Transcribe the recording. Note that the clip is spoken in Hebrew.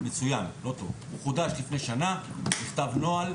"לא יקרה"